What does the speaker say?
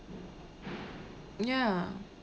ya